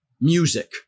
music